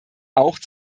auch